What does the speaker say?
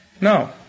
No